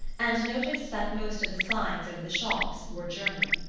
and noticed that most of the signs over the shops were german.